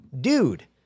dude